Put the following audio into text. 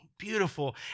beautiful